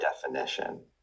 definition